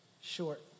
short